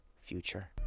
future